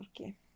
Okay